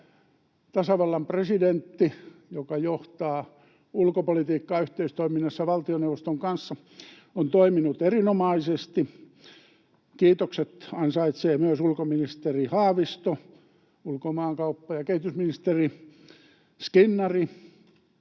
tasavallan presidentti, joka johtaa ulkopolitiikkaa yhteistoiminnassa valtioneuvoston kanssa, on toiminut erinomaisesti. Kiitokset ansaitsevat myös ulkoministeri Haavisto ja ulkomaankauppa- ja kehitysministeri Skinnari.